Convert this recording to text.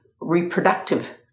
reproductive